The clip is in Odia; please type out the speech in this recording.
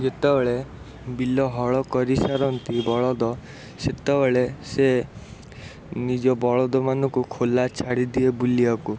ଯେତେବେଳେ ବିଲ ହଳ କରିସାରନ୍ତି ବଳଦ ସେତେବେଳେ ସେ ନିଜ ବଳଦ ମାନଙ୍କୁ ଖୋଲା ଛାଡ଼ିଦିଏ ବୁଲିବାକୁ